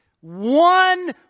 one